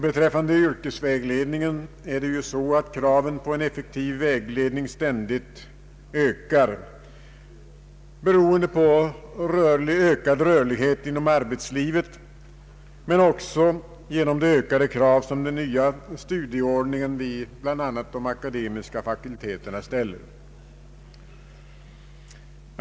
Beträffande yrkesvägledningen är det ju så att kraven på en effektiv vägledning ständigt ökar, beroende på ökad rörlighet inom arbetslivet men också på de ökade krav som den nya studieordningen vid de akademiska fakulteterna ställer.